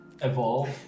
evolve